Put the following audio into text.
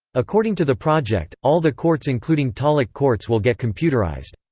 according to the project, all the courts including taluk courts will get computerised.